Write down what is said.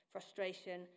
frustration